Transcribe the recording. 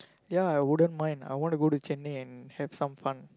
ya I wouldn't mind I want to go to Chennai and have some fun